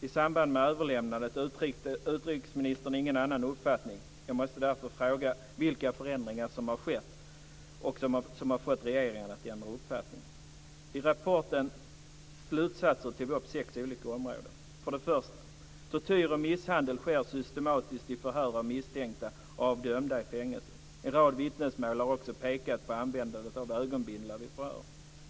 I samband med överlämnandet uttryckte utrikesministern ingen annan uppfattning. Jag måste därför fråga vilka förändringar som har skett som har fått regeringen att ändra uppfattning. I rapportens slutsatser tar vi upp sex olika områden. För det första: Tortyr och misshandel sker systematiskt vid förhör av misstänkta och av dömda i fängelser. En rad vittnesmål har också pekat på användande av ögonbindlar vid förhör.